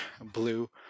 blue